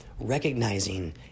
recognizing